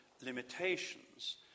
limitations